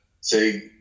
say